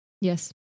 Yes